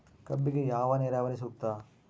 ಕಬ್ಬಿಗೆ ಯಾವ ನೇರಾವರಿ ಸೂಕ್ತ?